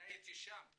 ואני ישבתי